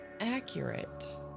accurate